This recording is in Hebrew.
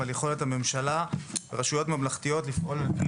על יכולת הממשלה והרשויות הממלכתיות לפעול על פי